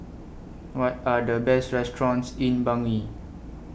What Are The Best restaurants in Bangui